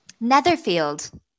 Netherfield